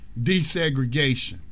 desegregation